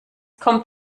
kommt